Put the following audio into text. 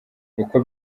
uko